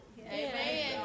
Amen